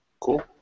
Cool